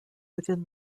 within